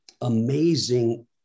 amazing